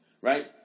Right